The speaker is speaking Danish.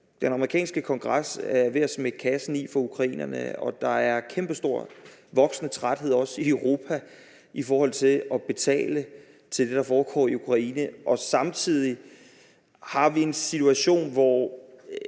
den amerikanske kongres er ved at smække kassen i for ukrainerne, og der er kæmpestor og voksende træthed også i Europa i forhold til at betale til det, der foregår i Ukraine. Samtidig har vi en situation, hvor